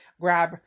grab